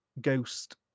ghost